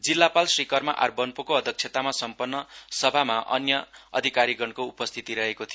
जिल्लापाल श्री कर्मा आर बोनपोको अध्यक्षतामा सम्पन्न सभामा अन्य अधिकारिगणको उपस्थिति रहेको थियो